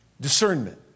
discernment